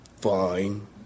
Fine